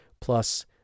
Plus